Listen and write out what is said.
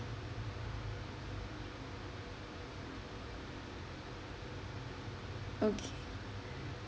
okay